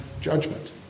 judgment